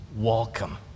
welcome